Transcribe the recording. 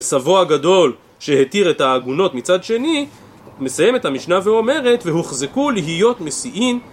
סבו הגדול שהטיר את העגונות מצד שני מסיים את המשנה ואומרת והוחזקו להיות מסיעים